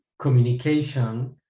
communication